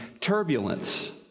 turbulence